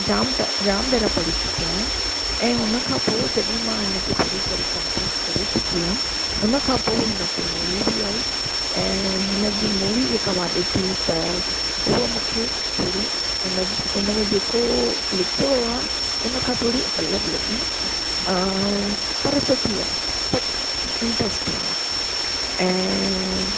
जाम भेरा पढ़ी चुकी आहियां ऐं हुन खां पोइ जॾीं मां हिन खे पढ़ी करे कम्पलीट करे चुकी हुवमि हुन खां पोइ हिन ते मूवी बि आई ऐं हिन जी मूवी जेका मां ॾिठी त उहो मूखें थोड़ी उन में जेको लिख्यो वियो आहे उन खां थोड़ी अलॻ लॻी पर सुठी आहे इंटरेस्टिंग आहे ऐं